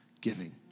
giving